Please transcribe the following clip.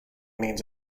means